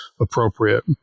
appropriate